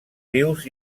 rius